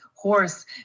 horse